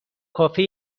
کافه